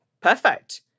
Perfect